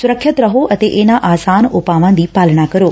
ਸੁਰੱਖਿਅਤ ਰਹੋ ਅਤੇ ਇਨਾਂ ਆਸਾਨ ਉਪਾਵਾਂ ਦੀ ਪਾਲਣਾ ਕਰੋ